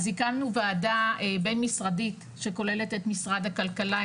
הקמנו וועדה בין משרדית שכוללת את משרד הכלכלה,